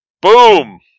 Boom